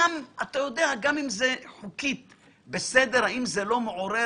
אתה יודע, גם אם זה חוקית בסדר, האם זה לא מעורר